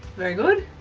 very good.